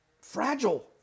fragile